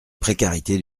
précarité